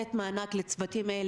לתת מענק לצוותים האלה.